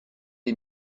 les